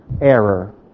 error